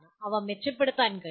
അവ മെച്ചപ്പെടുത്താൻ കഴിയും